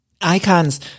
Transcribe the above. Icons